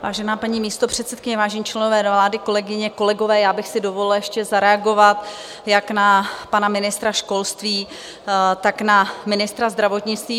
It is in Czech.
Vážená paní místopředsedkyně, vážení členové vlády, kolegyně, kolegové, já bych si dovolila ještě zareagovat jak na pana ministra školství, tak na ministra zdravotnictví.